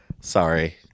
Sorry